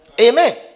Amen